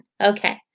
Okay